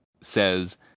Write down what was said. says